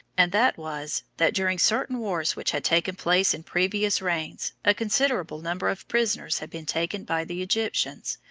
and that was, that during certain wars which had taken place in previous reigns, a considerable number of prisoners had been taken by the egyptians,